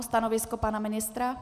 Stanovisko pana ministra?